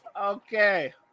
Okay